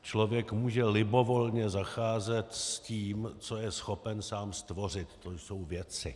Člověk může libovolně zacházet s tím, co je schopen sám stvořit, to jsou věci.